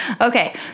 Okay